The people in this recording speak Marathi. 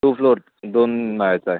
टू फ्लोअर दोन माळ्याचा आहे